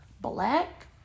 black